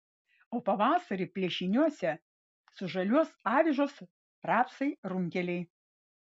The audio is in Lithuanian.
o pavasarį plėšiniuose sužaliuos avižos rapsai runkeliai